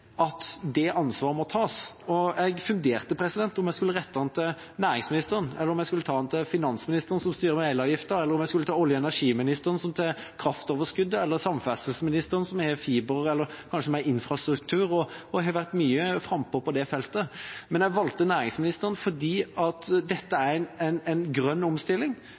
at det ansvaret må tas. Jeg funderte på om jeg skulle rette den til næringsministeren, om jeg skulle rette den til finansministeren, som styrer elavgifta, om jeg skulle rette den til olje- og energiministeren, som behandler kraftoverskuddet, eller om jeg skulle rette den til samferdselsministeren, som har ansvar for det med fiber og infrastruktur og har vært mye frampå på det feltet. Men jeg valgte næringsministeren, fordi dette er en grønn omstilling.